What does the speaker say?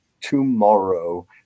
tomorrow